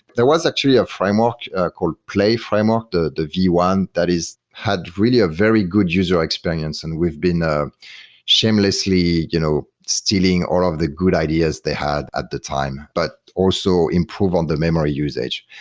there was actually a framework called play framework, the the v one. that had really a very good user experience and we've been ah shamelessly you know stealing all of the good ideas they had at the time, but also improve on the memory usage.